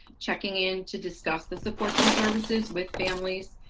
checking in to discuss the supports and services with families.